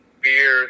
beer